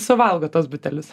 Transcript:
suvalgo tuos butelius